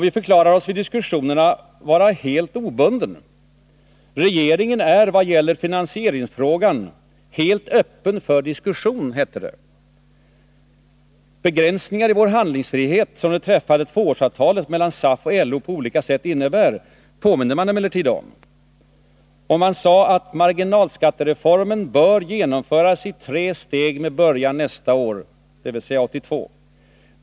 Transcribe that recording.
Vi förklarade oss vid diskussionerna vara helt obundna. Regeringen är i vad gäller finansieringsfrågan ”helt öppen för diskussion”, hette det. Begränsningar i handlingsfriheten, som det träffade tvåårsavtalet mellan SAF och LO på olika sätt innebär, påminde man emellertid om. Trepartiregeringen sade också att marginalskattereformen bör genomföras i tre steg med början nästa år, dvs. 1982.